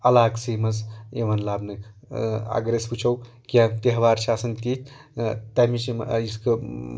علاقسٕے منٛز یِوان لبنہٕ اگر أسۍ وٕچھو کینٛہہ تہوار چھِ آسان تِتھ تَمِچ یِم یِتھ کٔنۍ